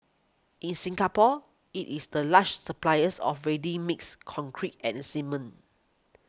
in Singapore it is the largest suppliers of ready mixed concrete and cement